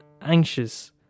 anxious